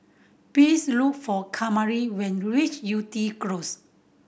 please look for Kamari when you reach Yew Tee Close